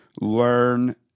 learn